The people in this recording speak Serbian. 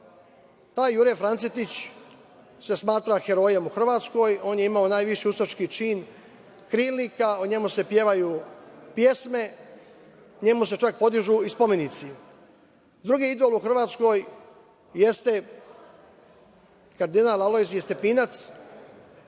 Taj Jure Francetić se smatra herojem u Hrvatskoj. On je imao najviši ustaški čin krilnika. O njemu se pevaju pesme. Njemu se čak podižu i spomenici. Drugi idol u Hrvatskoj jeste kardinal Alojzije Stepinac